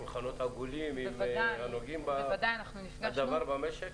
שולחנות עגולים עם הנוגעים בדבר במשק?